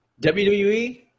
WWE